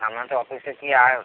আপনাদের অফিসে কি আর